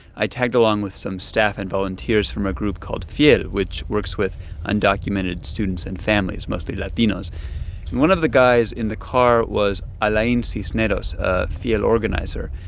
i tagged along with some staff and volunteers from a group called fiel, which works with undocumented students and families, mostly latinos. and one of the guys in the car was alain cisneros, a fiel organizer.